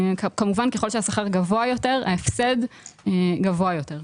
כמובן ככל שהשכר גבוה יותר ההפסד גבוה יותר.